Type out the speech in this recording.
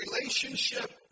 relationship